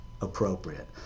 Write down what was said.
appropriate